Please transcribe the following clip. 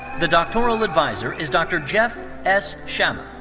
the doctoral adviser is dr. jeff s. shamma.